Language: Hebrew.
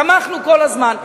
תמכנו כל הזמן,